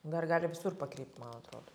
dar gali visur pakrypt man atrodo